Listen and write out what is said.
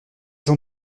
sans